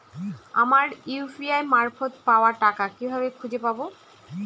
আমার ইউ.পি.আই মারফত পাওয়া টাকা কিভাবে খুঁজে পাব?